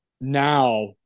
now